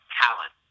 talent